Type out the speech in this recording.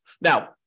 Now